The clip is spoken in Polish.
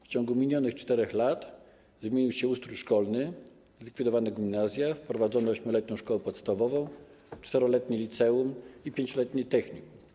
W ciągu minionych 4 lat zmienił się ustrój szkolny: zlikwidowano gimnazja, wprowadzono 8-letnią szkołę podstawową, 4-letnie liceum i 5-letnie technikum.